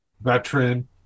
veteran